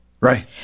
Right